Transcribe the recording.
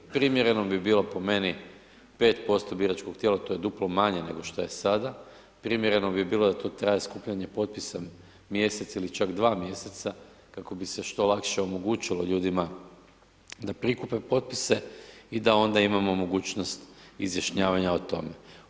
Primjereno bi bilo po meni 5% biračkog tijela, to je duplo manje nego što je sada, primjereno bi bilo da to traje skupljanje potpisa mjesec ili čak 2 mjeseca kako bi se što lakše omogućilo ljudima da prikupe potpise i da onda imamo mogućnost izjašnjavanja o tome.